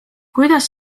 kuidas